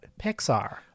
Pixar